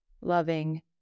loving